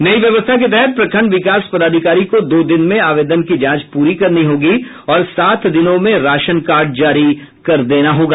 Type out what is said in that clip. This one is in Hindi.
नई व्यवस्था के तहत प्रखंड विकास पदाधिकारी को दो दिन में आवेदन की जांच पूरी करनी होगी और सात दिनों में राशन कार्ड जारी कर देना होगा